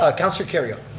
ah councilor kerrio.